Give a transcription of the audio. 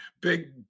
big